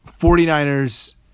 49ers